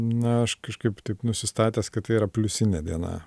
na aš kažkaip taip nusistatęs kad tai yra pliusinė diena